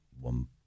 one